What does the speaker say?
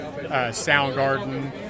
Soundgarden